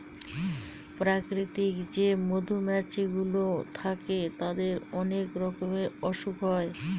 প্রাকৃতিক যে মধুমাছি গুলো থাকে তাদের অনেক রকমের অসুখ হয়